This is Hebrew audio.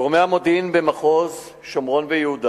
גורמי המודיעין במחוז שומרון ויהודה